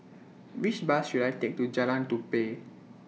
Which Bus should I Take to Jalan Tupai